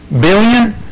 Billion